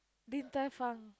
Din Tai Fung